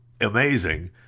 amazing